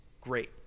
great